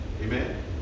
Amen